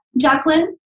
Jacqueline